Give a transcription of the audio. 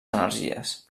energies